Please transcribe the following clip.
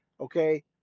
okay